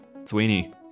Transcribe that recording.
Sweeney